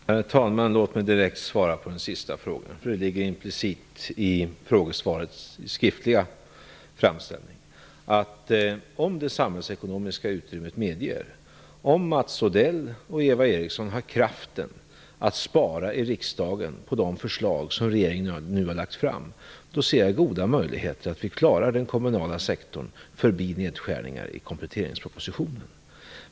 Herr talman! Låt mig direkt svara på den sista frågan, för det ligger implicit i det skriftliga frågesvaret. Om det samhällsekonomiska utrymmet medger det, om Mats Odell och Eva Eriksson har kraften att spara i riksdagen enligt de förslag som regeringen nu har lagt fram, ser jag goda möjligheter att vi klarar den kommunala sektorn utan nedskärningar i kompletteringspropositionen.